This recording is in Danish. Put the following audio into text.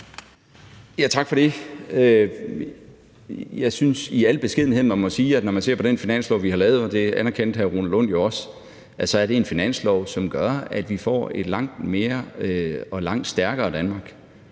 Tak for det. Jeg synes i al beskedenhed, man må sige, at når man ser på den finanslov, vi har lavet, og det anerkendte hr. Rune Lund jo også, så er det en finanslov, som gør, at vi får et langt stærkere Danmark,